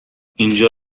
اینجا